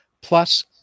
plus